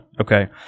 Okay